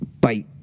Bye